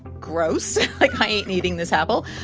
gross, like, i ain't eating this apple.